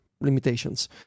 limitations